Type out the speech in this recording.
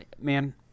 Man